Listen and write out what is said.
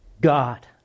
God